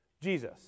Jesus